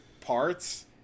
parts